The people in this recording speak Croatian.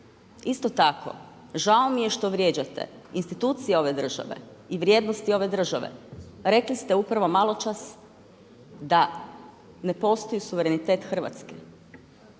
Isto tako žao mi je što vrijeđate institucije ove države i vrijednosti ove države. Rekli ste upravo maločas da ne postoji suverenitet Hrvatske.